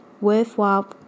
worthwhile